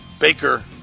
Baker